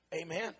Amen